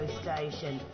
station